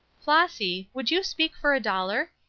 flossy, would you speak for a dollar?